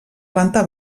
planta